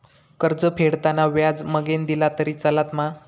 कर्ज फेडताना व्याज मगेन दिला तरी चलात मा?